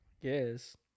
Yes